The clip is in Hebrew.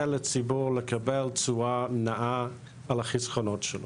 לציבור לקבל תשואה נאה על החסכונות שלו.